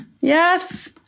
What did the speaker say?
Yes